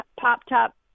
pop-top